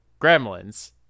Gremlins